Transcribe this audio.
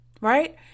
right